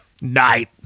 Night